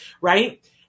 right